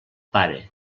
pare